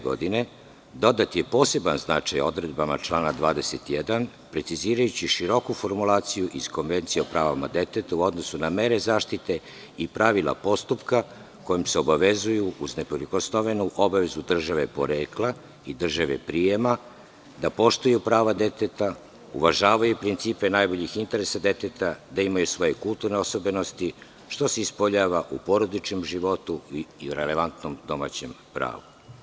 Godine 1989. dodat je poseban značaj odredbama člana 21, precizirajući široku formulaciju iz Konvencije o pravima deteta u odnosu na mere zaštite i pravila postupka, kojom se obavezuju, uz neprikosnovenu obavezu države porekla i države prijema, da poštuju prava deteta, uvažavaju principe najboljih interesa deteta, da imaju svoje kulturne osobenosti, što se ispoljava u porodičnom životu i relevantnom domaćem pravu.